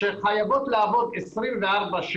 שחייבות לעבוד 24/7,